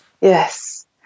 Yes